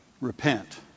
Repent